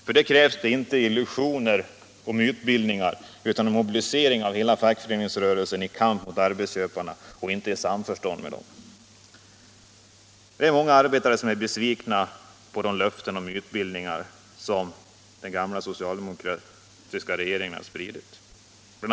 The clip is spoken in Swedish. För det krävs inte illusioner om utbildningar utan en mobilisering av hela fackföreningsrörelsen i kamp mot arbetsköparna, inte i samförstånd med dessa. Det är många arbetare som är besvikna på de löften och mytbildningar som den gamla socialdemokratiska regeringen har spridit. Bl.